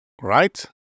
Right